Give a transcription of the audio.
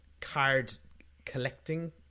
card-collecting